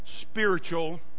spiritual